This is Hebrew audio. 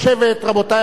רבותי השרים,